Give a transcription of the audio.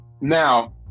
Now